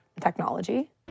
technology